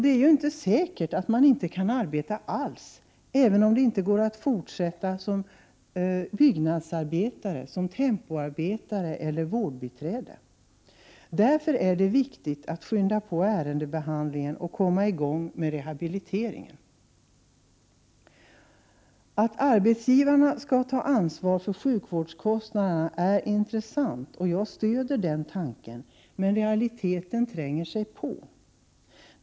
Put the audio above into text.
Det är inte säkert att man inte kan arbeta alls även om man inte kan fortsätta som byggnadsarbetare, tempoarbetare eller vårdbiträde. Därför är det viktigt att skynda på ärendebehandlingen och komma i gång med rehabiliteringen. Tanken att arbetsgivarna skall ta ansvar för sjukvårdskostnaderna är intressant; jag stöder den tanken, men realiteten tränger sig på.